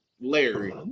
Larry